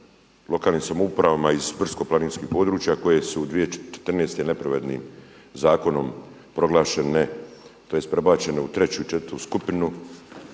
lokalnim samoupravama iz brdsko-planinskih područja koje su 2014. nepravednim zakonom proglašene tj. prebačene u treću i četvrtu skupinu